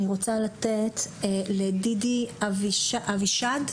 אני רוצה לתת לידידה אבישג?